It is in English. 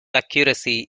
accuracy